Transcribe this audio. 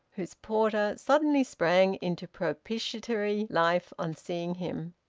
whose porter suddenly sprang into propitiatory life on seeing him.